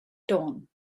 tone